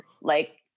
Like-